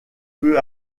peu